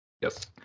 yes